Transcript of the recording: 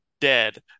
dead